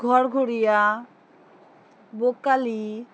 ঘরঘরিয়া বোকালি